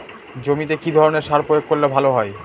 জমিতে কি ধরনের সার প্রয়োগ করলে ভালো হয়?